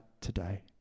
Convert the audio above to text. today